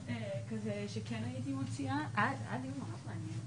אולי לזמן לפה בפעם הבאה את בנק הדואר.